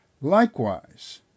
Likewise